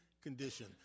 condition